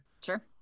Sure